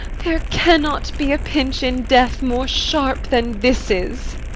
there cannot be a pinch in death more sharp than this is.